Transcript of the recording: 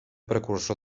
precursor